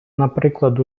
наприклад